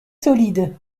solide